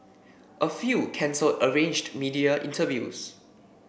a few cancelled arranged media interviews